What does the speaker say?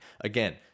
again